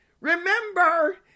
remember